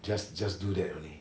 just just do that only